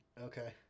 Okay